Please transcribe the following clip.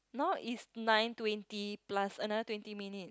now is nine twenty plus another twenty minute